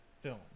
film